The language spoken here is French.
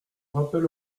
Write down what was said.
rappel